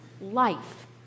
life